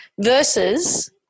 versus